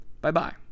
bye-bye